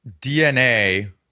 DNA